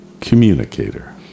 communicator